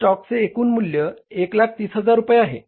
स्टॉकचे एकूण मूल्य 130000 रुपये आहे